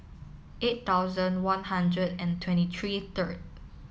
eight thousand one hundred and twenty three third